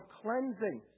cleansing